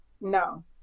no